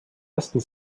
ersten